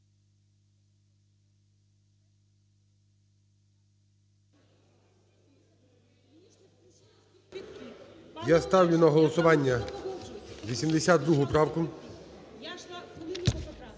я ставлю на голосування правку